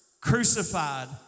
crucified